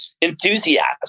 enthusiasm